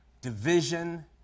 division